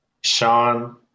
Sean